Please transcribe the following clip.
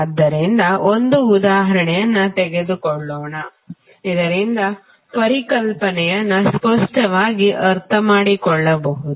ಆದ್ದರಿಂದ ಒಂದು ಉದಾಹರಣೆಯನ್ನು ತೆಗೆದುಕೊಳ್ಳೋಣ ಇದರಿಂದ ಪರಿಕಲ್ಪನೆಯನ್ನು ಸ್ಪಷ್ಟವಾಗಿ ಅರ್ಥಮಾಡಿಕೊಳ್ಳಬಹುದು